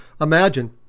imagine